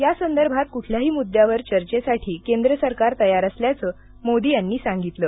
या संदर्भात कुठल्याही मुद्द्यावर चर्चेसाठी केंद्र सरकार तयार असल्याचं मोदी यांनी सांगितलं